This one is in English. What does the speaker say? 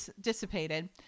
dissipated